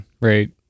right